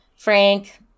Frank